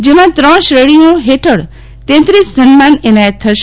જેમાં ત્રણ શ્રેણીઓ હેઠળ તેત્રીસ સન્માન એનાયત થશે